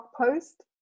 post